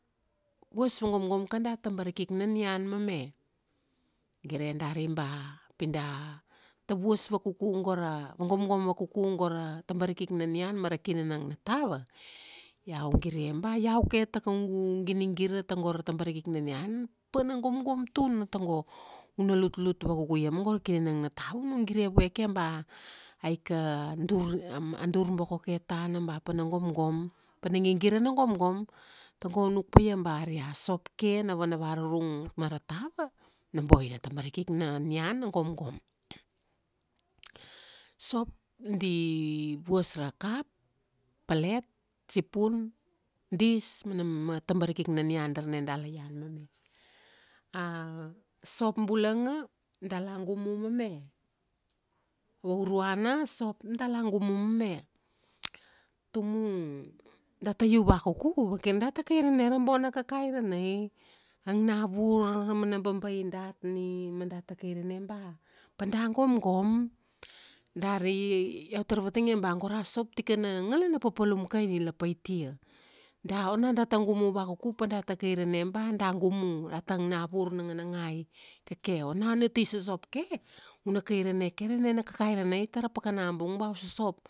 vuas va gomgom kada tabarikik na nian mame. KGire dari ba pi da, da vuas vakuku go ra, vagomgom vakuku go ra, tabariki na nian mara kinanang na tava, iau gire ba iau ke ta kaugu ginigira tago ra tabarikik na nian, pana gomgom tuna tago, una lutlut vakuku ia ma go ra kinanang na tava una gire vue ke ba, aika dur, am a dur boko ke tana, ba pana gomgom, Pana gigira na gomgom. Tago u nuk paia ba ari asop ke na vana varurung ma ra tava, na boina tabarik na nian na gomgom. Sop di, vuas ra kap, pelet, sipun, dis. Mana tabarikik na nian darna da la ian mame. A, sop bulanga, da la gumu mame. Vauruana, a sop da la gumu mame. Tumu, data iu vakuku, vakir data kairene ra bona kakairanai. Ang na vur ra mana babai dat, ni ma data kairene ba, pada gomgom. Dari ba iau tar vatang ia ba go ra sop tikana ngala na papalum kaina ila paitia. Da, ona data gumu vakuku, pa data kairene ba, da gumu. Data ang na vur nanganangai keke. Ona una ti sosop ke, una kairene ke ra enena kakairanai tara pakana bung ba u sosop.